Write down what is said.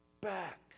back